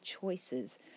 choices